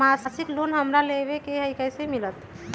मासिक लोन हमरा लेवे के हई कैसे मिलत?